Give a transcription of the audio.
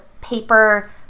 paper